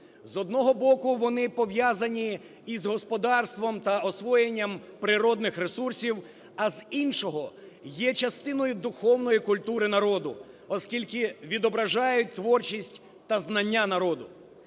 З одного боку, вони пов'язані із господарством та освоєнням природних ресурсів, а з іншого – є частиною духовної культури народу, оскільки відображають творчість та знання народу.